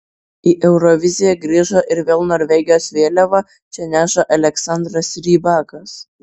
į euroviziją grįžo ir vėl norvegijos vėliavą čia neša aleksandras rybakas